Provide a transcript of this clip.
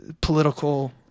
political